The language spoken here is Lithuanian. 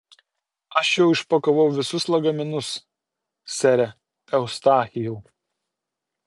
aš jau išpakavau visus lagaminus sere eustachijau